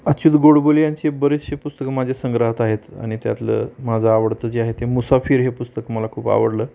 अच्युत गोडबोले यांचे बरेचसे पुस्तकं माझ्या संग्रहात आहेत आणि त्यातलं माझं आवडतं जे आहे ते मुसाफिर हे पुस्तकं मला खूप आवडलं